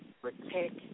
protect